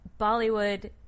Bollywood